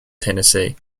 tennessee